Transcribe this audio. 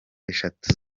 eshatu